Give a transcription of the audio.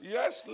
Yes